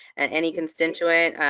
and any constituent,